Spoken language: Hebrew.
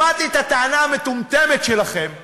שמעתי את הטענה המטומטמת שלכם שאומרת: